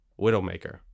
widowmaker